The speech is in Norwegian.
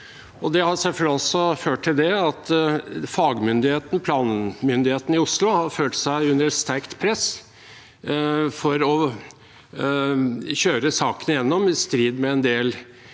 Det har selvfølgelig også ført til at fagmyndigheten, planmyndigheten i Oslo, har følt seg under sterkt press for å kjøre saken igjennom, i strid med en del